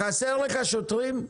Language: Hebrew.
נועם, חסרים לך שוטרים?